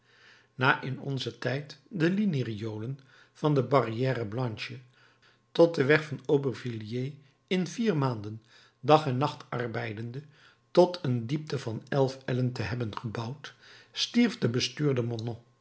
na in onzen tijd de linie riolen van de barrière blanche tot den weg van aubervilliers in vier maanden dag en nacht arbeidende tot een diepte van elf ellen te hebben gebouwd stierf de bestuurder